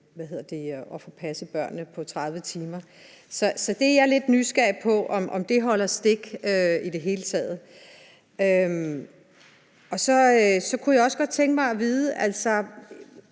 at få passet børnene på 30 timer. Så jeg er lidt nysgerrig på, om det holder stik i det hele taget. Så kunne jeg også godt tænke mig at vide: